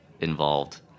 involved